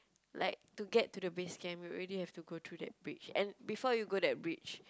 like to get to the base camp you really have to go through that bridge and before you go that bridge